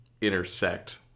intersect